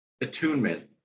attunement